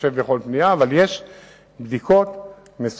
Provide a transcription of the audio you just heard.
בהתחשב ביכולת, אבל יש בדיקות מסודרות